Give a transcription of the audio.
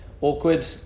awkward